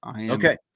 Okay